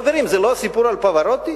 חברים, זה לא הסיפור על פברוטי?